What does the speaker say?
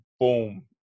boom